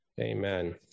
Amen